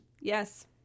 Yes